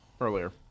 earlier